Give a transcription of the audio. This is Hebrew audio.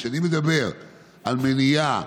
כשאני מדבר על מניעה,